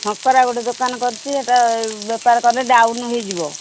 ଶଙ୍କରା ଗୋଟେ ଦୋକାନ କରିଛି ଏଇଟା ବେପାର କଲେ ଡାଉନ୍ ହୋଇଯିବ